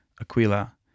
Aquila